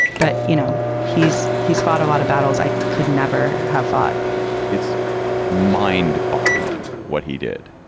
but, you know, he's he's fought a lot of battles i could never have fought it's mind boggling what he did.